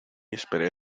esperé